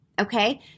Okay